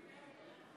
נגד שרן